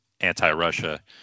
anti-Russia